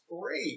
great